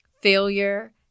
failure